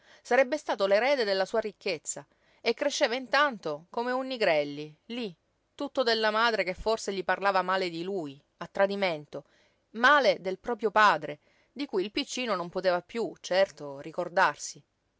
sarebbe stato l'erede della sua ricchezza e cresceva intanto come un nigrelli lí tutto della madre che forse gli parlava male di lui a tradimento male del proprio padre di cui il piccino non poteva piú certo ricordarsi